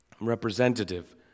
representative